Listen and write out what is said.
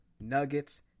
Nuggets